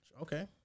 Okay